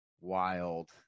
wild